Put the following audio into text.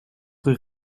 rue